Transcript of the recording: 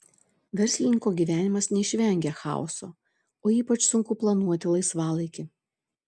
verslininko gyvenimas neišvengia chaoso o ypač sunku planuoti laisvalaikį